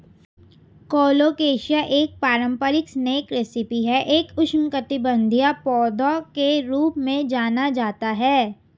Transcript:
colocasia एक पारंपरिक snack recipe है एक उष्णकटिबंधीय पौधा के रूप में जाना जाता है